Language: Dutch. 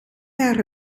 maar